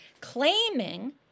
claiming